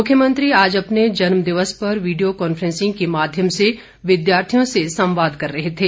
मुख्यमंत्री आज अपने जन्मदिवस पर वीडियो कांफ्रेंसिंग के माध्यम से विद्यार्थियों से संवाद कर रहे थे